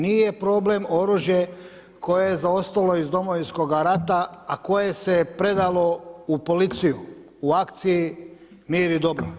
Nije problem oružje koje je zaostalo iz Domovinskoga rata, a koje se predalo u policiju u akciji „Mir i dobro“